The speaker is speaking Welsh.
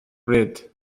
bryd